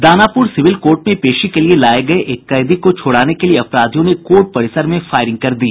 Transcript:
Danapur civil court में पेशी के लिये लाये गये एक कैदी को छुड़ाने के लिये अपराधियों ने कोर्ट परिसर में फायरिंग कर दी